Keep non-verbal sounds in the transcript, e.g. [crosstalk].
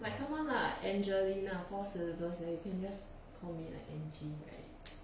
like come on lah angelina four syllabus leh you can just call me like angie right [noise]